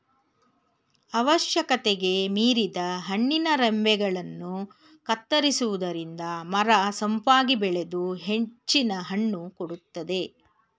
ಅವಶ್ಯಕತೆಗೆ ಮೀರಿದ ಹಣ್ಣಿನ ರಂಬೆಗಳನ್ನು ಕತ್ತರಿಸುವುದರಿಂದ ಮರ ಸೊಂಪಾಗಿ ಬೆಳೆದು ಹೆಚ್ಚಿನ ಹಣ್ಣು ಕೊಡುತ್ತದೆ